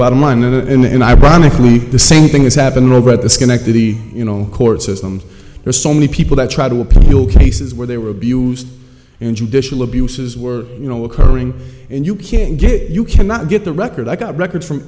bottom line and ironically the same thing is happening over at the schenectady you know court system there's so many people that try to appeal cases where they were abused and judicial abuses were you know occurring and you can't get you cannot get the record i got record from